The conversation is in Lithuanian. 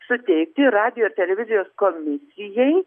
suteikti radijo televizijos komisijai